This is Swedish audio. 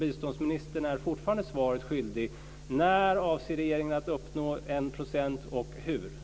Biståndsministern är fortfarande svaret skyldig: När avser regeringen att uppnå 1 % och hur?